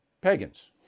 pagans